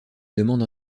demande